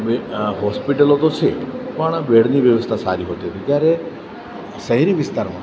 હોસ્પિટલો તો છે પણ બેડની વ્યવસ્થા સારી હોતી નથી ત્યારે શહેરી વિસ્તારમાં